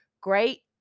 great